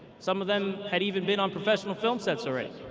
some of them had even been on professional film sets already.